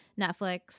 netflix